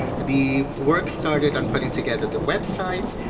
the work started on putting together the website.